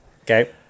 Okay